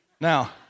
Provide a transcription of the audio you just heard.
Now